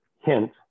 hint